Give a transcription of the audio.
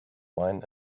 wine